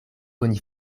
oni